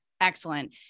excellent